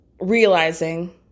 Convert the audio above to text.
realizing